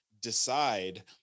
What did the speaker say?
decide